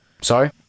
Sorry